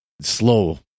slow